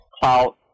cloud